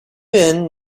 been